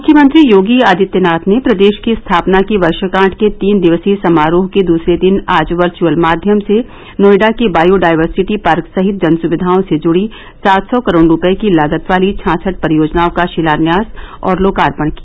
मुख्यमंत्री योगी आदित्यनाथ ने प्रदेश की स्थापना की वर्षगांठ के तीन दिवसीय समारोह के दूसरे दिन आज वर्ष्यअल माध्यम से नोएडा के बायोडाइवर्सिटी पार्क सहित जन सुविधाओ से जुड़ी सात सौ करोड़ रूपये की लागत वाली छाछठ परियोजनाओं का शिलान्यास और लोकार्पण किया